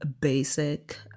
basic